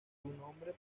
nombre